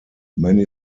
many